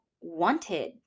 wanted